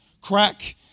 crack